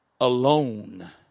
alone